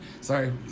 sorry